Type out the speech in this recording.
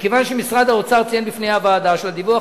מכיוון שמשרד האוצר ציין בפני הוועדה שלדיווח